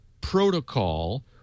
protocol